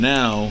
now